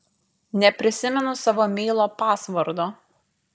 neprisimenu savo meilo pasvordo